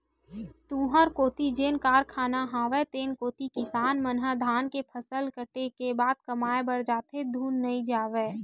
तुँहर कोती जेन कारखाना हवय तेन कोती किसान मन ह धान के फसल कटे के बाद कमाए बर जाथे धुन नइ जावय?